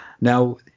Now